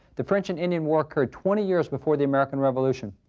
the french and indian war occurred twenty years before the american revolution.